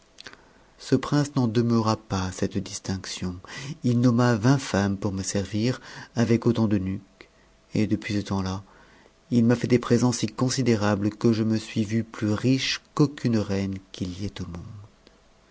ce prince n'en demeura pas à cette distinction il nomma vingt femmes pour me servir avec autant d'eunuques et depuis ce temps ià il m'a fait des présents si considérables que je me suis vue plus riche qu'aucune reine qu'il y ait au monde